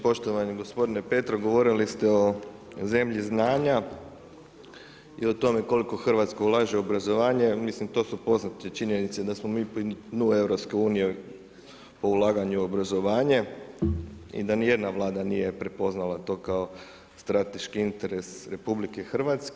Poštovani gospodine Petrov, govorili ste o zemlji znanja i o tome koliko Hrvatska ulaže u obrazovanje, mislim to su poznate činjenice da smo mi 0 EU po ulaganju u obrazovanje i da ni jedna Vlada nije prepoznala to kao strateški interes RH.